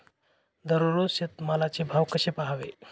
दररोज शेतमालाचे भाव कसे पहावे?